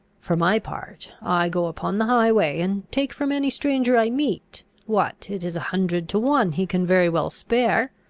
for my part, i go upon the highway, and take from any stranger i meet what, it is a hundred to one, he can very well spare.